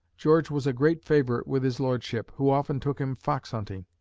george was a great favorite with his lordship, who often took him fox hunting.